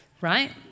right